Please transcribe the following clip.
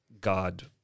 God